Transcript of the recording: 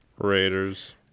Raiders